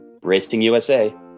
RacingUSA